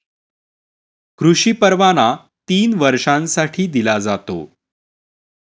कृषी परवाना तीन वर्षांसाठी दिला जातो